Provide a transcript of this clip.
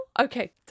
Okay